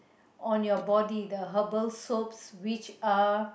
on your body the herbal soaps which are